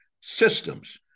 Systems